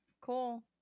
cool